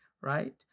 right